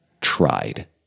tried